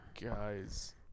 Guys